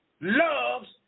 loves